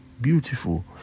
beautiful